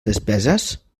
despeses